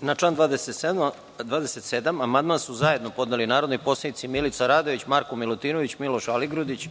Na član 27. amandman su zajedno podneli narodni poslanici Milica Radović, Marko Milutinović, Miloš Aligrudić,